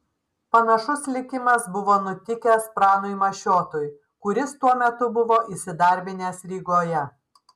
panašus likimas buvo nutikęs pranui mašiotui kuris tuo metu buvo įsidarbinęs rygoje